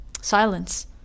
silence